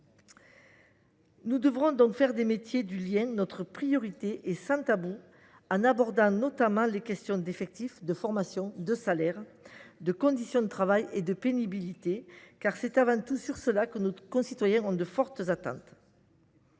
Nous devrons donc faire des métiers du lien notre priorité, sans tabous, en abordant notamment les questions d’effectifs, de formation, de salaire, de conditions de travail et de pénibilité, car c’est avant tout sur ces points que nos concitoyens expriment de fortes attentes.